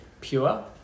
pure